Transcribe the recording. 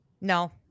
no